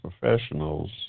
professionals